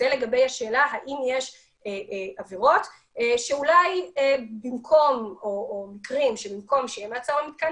זה לגבי השאלה האם יש מקרים שבמקום מעצר במתקן